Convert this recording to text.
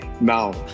now